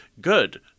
good